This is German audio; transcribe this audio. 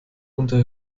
unter